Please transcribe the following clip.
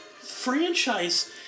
franchise